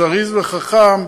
זריז וחכם.